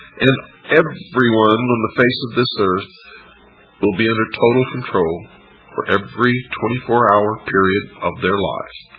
and everyone on the face of this earth will be in ah total control for every twenty four hour period of their lives.